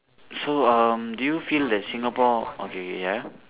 so um do you feel that Singapore okay K ya